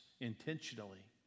intentionally